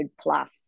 plus